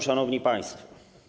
Szanowni Państwo!